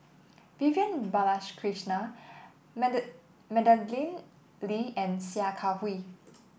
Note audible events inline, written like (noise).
Vivian Balakrishnan (unintelligible) Madeleine Lee and Sia Kah Hui